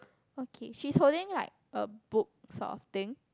okay she is holding like a book sort of thing